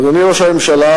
אדוני ראש הממשלה,